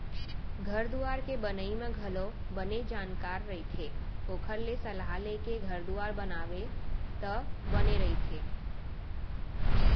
घर दुवार के बनई म घलोक बने जानकार रहिथे ओखर ले सलाह लेके घर दुवार बनाबे त बने रहिथे